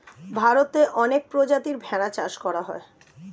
ভারতে অনেক প্রজাতির ভেড়া চাষ করা হয়